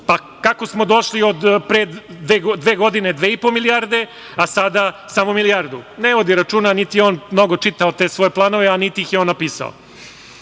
Pa, kako smo došli od pre dve godine 2,5 milijarde, a sada samo milijardu? Ne vodi računa, niti je on mnogo čitao te svoje planove, niti ih je on napisao. Znači,